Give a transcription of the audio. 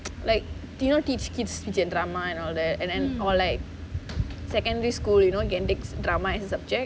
like you know teach kids drama and all that and then or like secondary school you know can take drama as subject